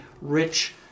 rich